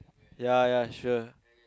ya ya sure